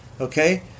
okay